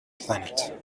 planet